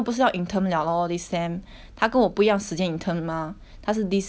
她跟我不一样时间 intern mah 她是 this sem intern 然后呢她昨天